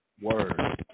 Word